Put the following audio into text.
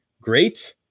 great